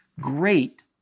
great